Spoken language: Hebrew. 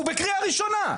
הוא בקריאה ראשונה.